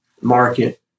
market